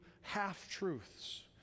half-truths